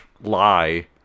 lie